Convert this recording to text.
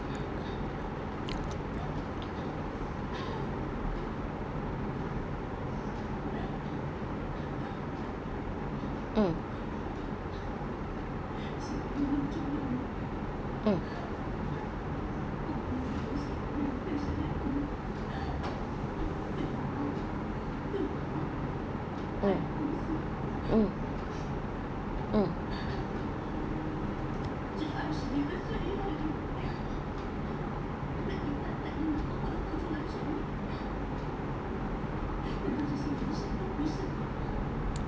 mm mm mm mm mm